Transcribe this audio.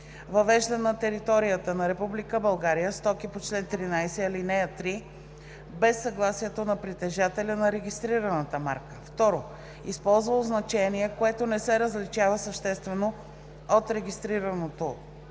въвежда на територията на Република България стоки по чл. 13, ал. 3 без съгласието на притежателя на регистрираната марка; 2. използва означение, което не се различава съществено от регистрирано